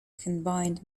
combined